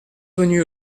venu